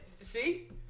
see